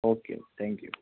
okay thank you